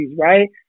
right